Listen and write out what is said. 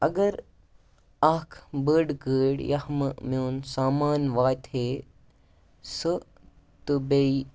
اگر اَکھ بٔڑ گٲڑۍ یَتھ مہٕ میون سامان واتہِ ہے سُہ تہٕ بیٚیہِ